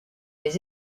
des